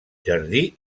jardí